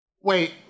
Wait